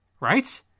Right